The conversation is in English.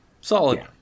Solid